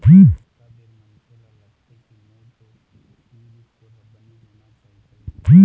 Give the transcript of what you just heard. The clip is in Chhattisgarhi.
ओतका बेर मनखे ल लगथे के मोर तो सिविल स्कोर ह बने होना चाही कहिके